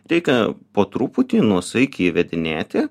reikia po truputį nuosaikiai įvedinėti